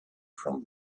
from